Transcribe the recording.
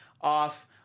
off